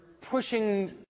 pushing